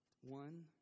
One